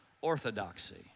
orthodoxy